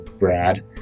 Brad